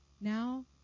Now